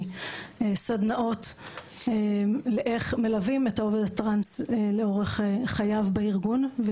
סדנאות לאיך מלווים את העובד הטרנס לאורך חייו בארגון.